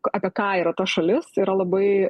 apie ką yra ta šalis yra labai